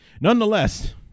nonetheless